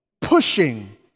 pushing